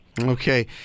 Okay